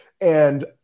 And-